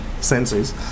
senses